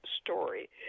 Story